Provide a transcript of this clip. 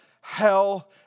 hell